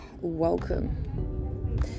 welcome